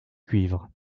cuivre